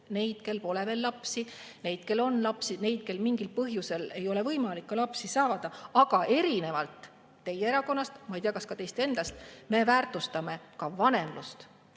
neid, kel pole veel lapsi, neid, kel on lapsi, neid, kel mingil põhjusel ei ole võimalik lapsi saada, aga erinevalt teie erakonnast – ma ei tea, kas ka teist endast – me väärtustame ka vanemlust.